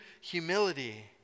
humility